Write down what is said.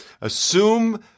Assume